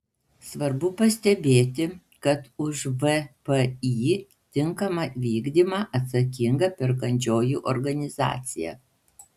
svarbu pastebėti kad už vpį tinkamą vykdymą atsakinga perkančioji organizacija